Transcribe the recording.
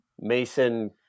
Mason